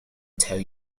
tell